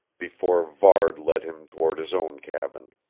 before varde led him toward his own cabin.